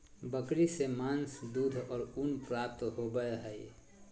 बकरी से मांस, दूध और ऊन प्राप्त होबय हइ